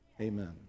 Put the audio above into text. Amen